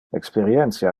experientia